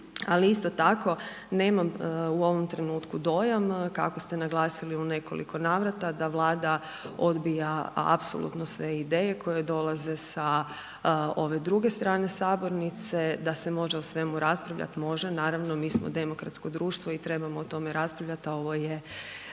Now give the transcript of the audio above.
Ali isto tako, nemam u ovom trenutku dojam kako ste naglasili u nekoliko navrata, da Vlada odbija apsolutno sve ideje koje dolaze sa ove druge strane sabornice, da se može o svemu raspravljat, može, naravno, mi smo demokratsko društvo i trebamo o tome raspravljat a ovo je